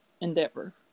endeavor